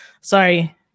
sorry